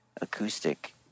acoustic